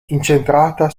incentrata